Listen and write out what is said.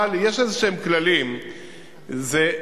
אבל יש כללים כלשהם,